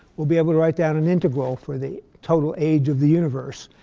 we'll be able to write down an integral for the total age of the universe.